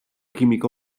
química